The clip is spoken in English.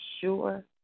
sure